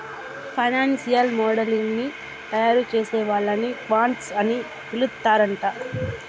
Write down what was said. financial modelling ని తయారుచేసే వాళ్ళని క్వాంట్స్ అని పిలుత్తరాంట